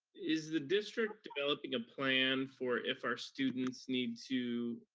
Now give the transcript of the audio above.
is the district developing a plan for if our students need to,